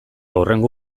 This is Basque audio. hurrengo